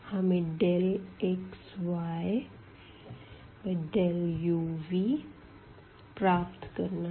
हमें xyuv प्राप्त करना है